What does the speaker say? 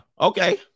okay